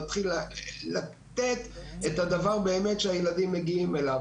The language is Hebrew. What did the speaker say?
נתחיל לתת את הדבר שהילדים מגיעים לקבל אותו.